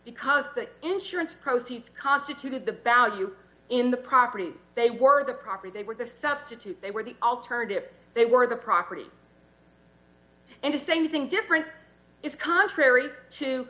because the insurance proceeds constituted the value in the property they were the property they were the substitute they were the alternative they were the property and the same thing different is contrary to